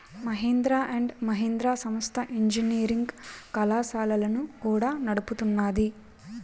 Mahindra and Mahindra సంస్థ engineering కళాశాలలను కూడా నడుపుతున్నాది